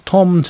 Tom